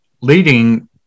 leading